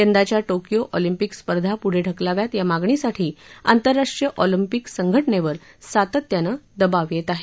यंदाच्या Tokyo Olympic स्पर्धा प्ढे ढकलाव्यात या मागणीसाठी आंतरराष्ट्रीय ऑलिंपिक संघटनेवर सातत्यानं दबाव येत आहे